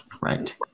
Right